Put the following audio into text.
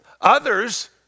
Others